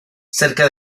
cerca